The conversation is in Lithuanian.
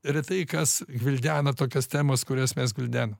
retai kas gvildena tokias temas kurias mes gvildenam